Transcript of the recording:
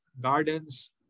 gardens